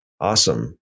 Awesome